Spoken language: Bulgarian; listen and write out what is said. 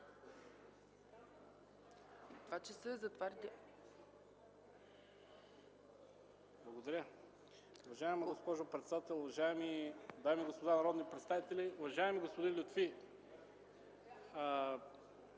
ЧЕТИН КАЗАК (ДПС): Благодаря. Уважаема госпожо председател, уважаеми дами и господа народни представители! Уважаеми господин Лютфи,